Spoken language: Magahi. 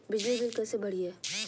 बिजली बिल कैसे भरिए?